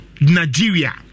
Nigeria